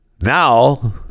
now